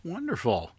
Wonderful